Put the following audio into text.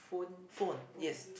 phone oh